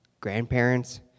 grandparents